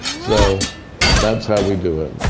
so that's how we do it.